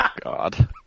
God